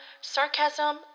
sarcasm